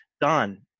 done